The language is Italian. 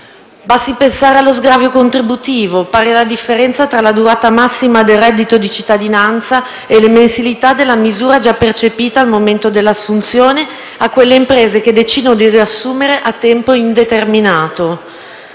Basti pensare allo sgravio contributivo, pari alla differenza tra la durata massima del reddito di cittadinanza e le mensilità della misura già percepita al momento dell'assunzione, alle imprese che decidono di assumere a tempo indeterminato.